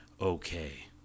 okay